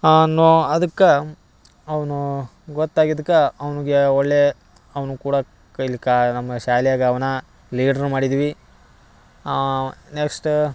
ಅವನು ಅದಕ್ಕೆ ಅವನು ಗೊತ್ತಾಗಿದ್ಕ ಅವ್ನ್ಗೆ ಒಳ್ಳೆಯ ಅವನು ಕೂಡ ಕೈಲಿ ಕಾ ನಮ್ಮ ಶಾಲೆಗೆ ಅವ್ನ ಲೀಡ್ರ್ ಮಾಡಿದ್ವಿ ನೆಕ್ಸ್ಟ್